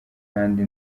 kandi